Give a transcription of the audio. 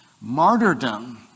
Martyrdom